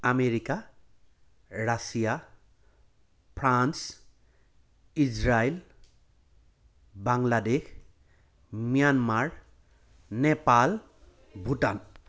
America Russia France Israel Bangladesh Myanmar Nepal Bhutan